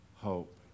hope